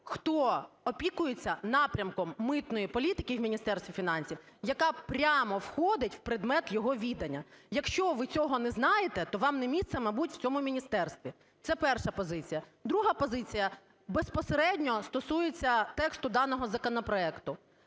хто опікується напрямком митної політики в Міністерстві фінансів, яка прямо входить в предмет його відання. Якщо ви цього не знаєте, то вам не місце, мабуть, в цьому міністерстві. Це перша позиція. Друга позиція безпосередньо стосується тексту даного законопроекту.